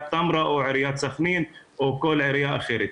טמרה או עיריית סח'נין או כל עירייה אחרת.